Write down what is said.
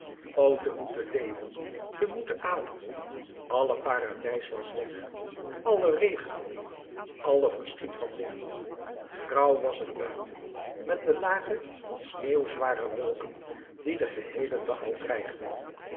te moeten leven te moeten ademen alle paradijs was weg alle regenboog alle verschiet van licht grauw was het buiten met de lage sneeuwzware wolken die den geheelen dag al dreigden